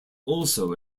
also